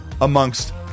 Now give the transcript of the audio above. amongst